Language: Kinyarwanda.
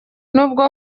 nubwo